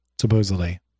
supposedly